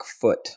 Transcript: foot